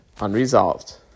unresolved